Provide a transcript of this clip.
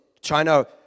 China